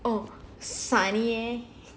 funny